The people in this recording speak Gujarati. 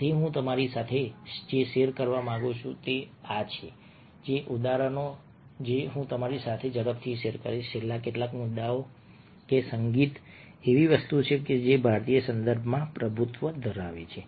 તેથી હું તમારી સાથે જે શેર કરવા માંગુ છું તે એ છે કે આ ઉદાહરણો જે હું તમારી સાથે ઝડપથી શેર કરીશ છેલ્લા કેટલાક મુદ્દાઓ કે સંગીત એક એવી વસ્તુ છે જે ભારતીય સંદર્ભમાં પ્રભુત્વ ધરાવે છે